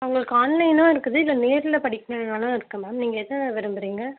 உங்களுக்கு ஆன்லைனும் இருக்குது இல்லை நேரில் படிக்கிறதுனாலும் இருக்குது மேம் நீங்கள் எதை விரும்புகிறீங்க